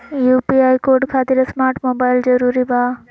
UPI code खातिर smart mobile जरूरी बा?